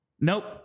Nope